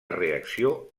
reacció